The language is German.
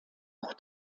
auch